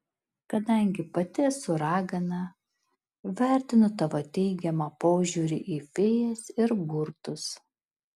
kadangi pati esu ragana vertinu tavo teigiamą požiūrį į fėjas ir burtus